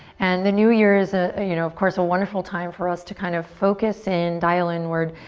and the new year is, ah you know, of course, a wonderful time for us to kind of focus in, dial inward,